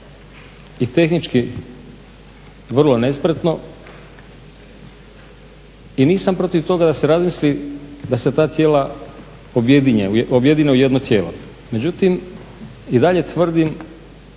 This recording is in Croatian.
i tehnički vrlo nespretno i nisam protiv toga da se razmisli da se ta tijela objedine u jedno tijelo. Međutim, i dalje tvrdim